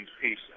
peace